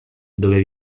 dove